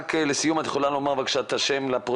רק לסיום אם את יכולה לומר את שמך לפרוטוקול?